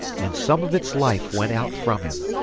and some of its life went out from him.